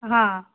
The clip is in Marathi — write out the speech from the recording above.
हां